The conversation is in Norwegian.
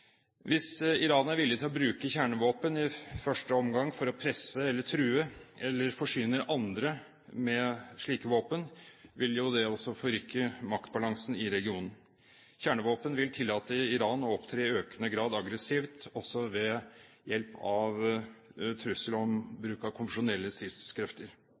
Hvis Iran er villig til å bruke kjernevåpen, i første omgang for å presse eller true, eller forsyner andre med slike våpen, vil det også forrykke maktbalansen i regionen. Kjernevåpen vil tillate Iran å opptre aggressivt i økende grad, også ved hjelp av trussel om